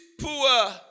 poor